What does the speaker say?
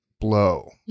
blow